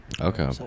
Okay